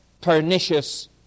pernicious